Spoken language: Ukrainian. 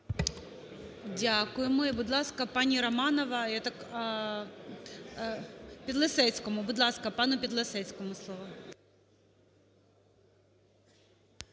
Дякуємо. І будь ласка, пані Романова Підлісецькому. Будь ласка, пану Підлісецькому слово.